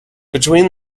between